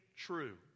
True